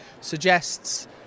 suggests